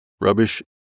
rubbish